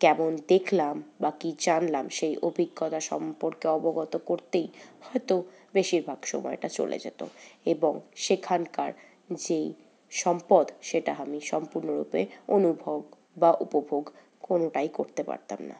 কেমন দেখলাম বা কী জানলাম সেই অভিজ্ঞতা সম্পর্কে অবগত করতেই হয়তো বেশিরভাগ সময়টা চলে যেতো এবং সেখানকার যেই সম্পদ সেটা আমি সম্পূর্ণরূপে অনুভব বা উপভোগ কোনোটাই করতে পারতাম না